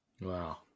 Wow